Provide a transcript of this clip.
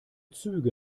züge